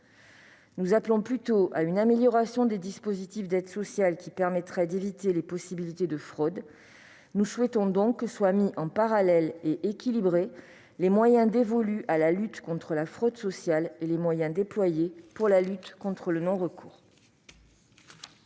Nous appelons plutôt à une amélioration des dispositifs d'aide sociale qui permettrait de limiter la possibilité de fraudes. Nous souhaitons donc que soient mis en parallèle les moyens dévolus à la lutte contre la fraude sociale et les moyens déployés pour la lutte contre le non-recours,